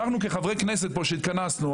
אנחנו כחברי כנסת פה שהתכנסנו,